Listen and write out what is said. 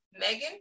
Megan